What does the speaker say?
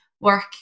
work